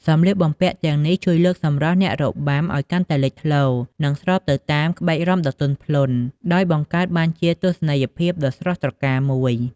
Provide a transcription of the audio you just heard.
សម្លៀកបំពាក់ទាំងនេះជួយលើកសម្រស់អ្នករបាំឱ្យកាន់តែលេចធ្លោ និងស្របទៅតាមក្បាច់រាំដ៏ទន់ភ្លន់ ដោយបង្កើតបានជាទស្សនីយភាពដ៏ស្រស់ត្រកាលមួយ។